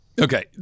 Okay